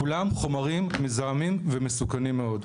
כולם חומרים מזהמים ומסכנים מאוד.